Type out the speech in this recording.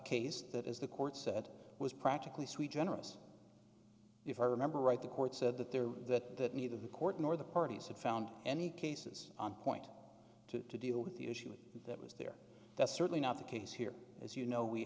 case that is the court said was practically sui generous if i remember right the court said that there that neither the court nor the parties had found any cases on point to deal with the issue that was there that's certainly not the case here as you know we